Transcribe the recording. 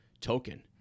token